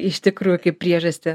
iš tikrųjų kaip priežastį